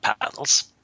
panels